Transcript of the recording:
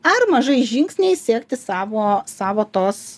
ar mažais žingsniais siekti savo savo tos